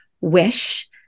wish